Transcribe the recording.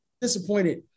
disappointed